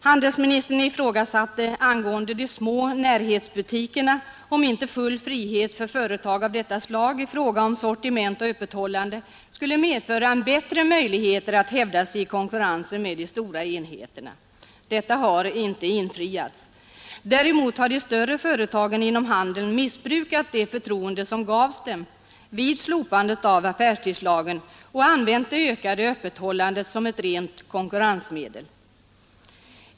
Handelsministern ifrågasatte i sin skrivelse om inte full frihet för små närhetsbutiker i fråga om sortiment och öppethållande skulle medföra bättre möjligheter att hävda sig i konkurrensen med de stora enheterna. Detta har inte infriats. Däremot har de större företagen inom handeln missbrukat det förtroende som de fick vid slopandet av affärstidslagen och använt det ökade öppethållandet som ett rent konkurrensmedel.